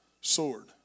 sword